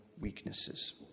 weaknesses